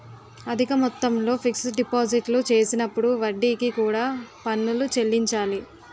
అధిక మొత్తంలో ఫిక్స్ డిపాజిట్లు చేసినప్పుడు వడ్డీకి కూడా పన్నులు చెల్లించాలి